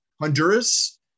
Honduras